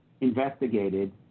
investigated